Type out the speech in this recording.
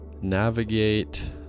navigate